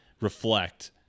Reflect